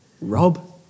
Rob